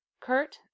Kurt